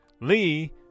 Lee